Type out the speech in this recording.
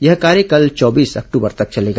यह कार्य कल चौबीस अक्टूबर तक चलेगा